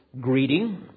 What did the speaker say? greeting